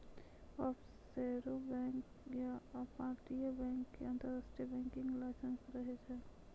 offshore bank या अपतटीय bank के अंतरराष्ट्रीय बैंकिंग लाइसेंस रहै छै